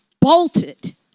bolted